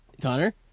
Connor